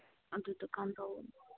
ꯑꯗꯨ ꯗꯨꯀꯥꯟ ꯇꯧꯕꯅꯤ